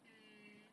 mm